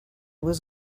was